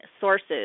sources